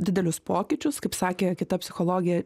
didelius pokyčius kaip sakė kita psichologė